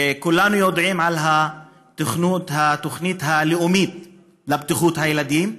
וכולנו יודעים על התוכנית הלאומית לבטיחות הילדים,